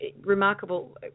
Remarkable